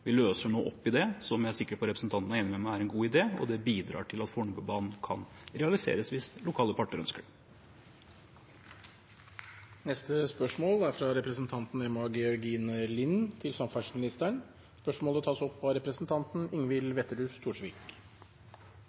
Vi løser nå opp i det, som jeg er sikker på at representanten er enig med meg i er en god idé, og det bidrar til at Fornebubanen kan realiseres hvis lokale parter ønsker det. Dette spørsmålet, fra representanten Emma Georgina Lind til samferdselsministeren, tas opp av representanten Ingvild